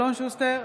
אלון שוסטר,